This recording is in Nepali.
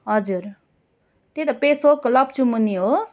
हजुर त्यही त पेसोक लप्चु मुनि हो